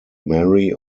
marry